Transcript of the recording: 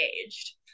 engaged